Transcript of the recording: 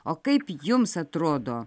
o kaip jums atrodo